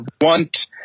want